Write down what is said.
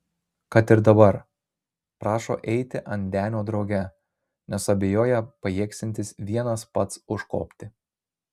kad ir dabar prašo eiti ant denio drauge nes abejoja pajėgsiantis vienas pats užkopti